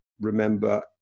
remember